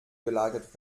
gelagert